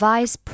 Vice